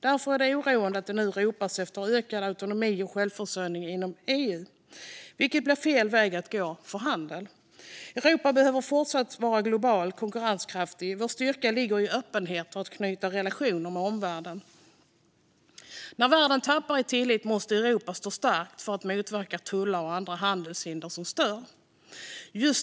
Därför är det oroande att det nu ropas efter ökad autonomi och självförsörjning inom EU, vilket är fel väg att gå för handeln. Europa behöver fortsatt vara globalt konkurrenskraftigt. Vår styrka ligger i öppenhet och i att knyta relationer med omvärlden. När världen tappar i tillit måste Europa stå starkt för att motverka tullar och andra handelshinder som stör.